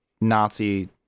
Nazi